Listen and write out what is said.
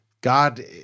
God